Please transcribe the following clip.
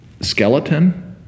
skeleton